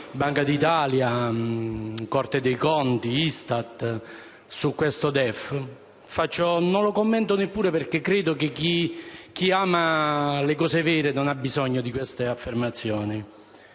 Banca d'Italia, Corte dei conti, Istat. Non lo commento neppure, perché credo che chi ama le cose vere non ha bisogno di queste affermazioni.